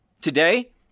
Today